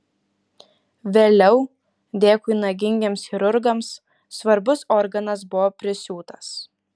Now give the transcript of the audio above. vėliau dėkui nagingiems chirurgams svarbus organas buvo prisiūtas